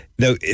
Now